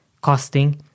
costing